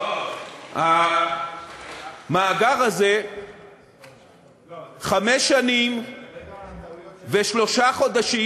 אבל המאגר הזה חמש שנים ושלושה חודשים